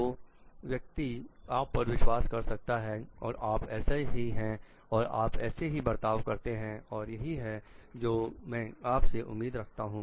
तो व्यक्ति आप पर विश्वास कर सकता है और आप ऐसे ही हैं और आप ऐसे ही बर्ताव करते हैं और यही है जो मैं आप से उम्मीद रखते हैं